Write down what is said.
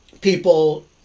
people